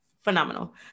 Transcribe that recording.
phenomenal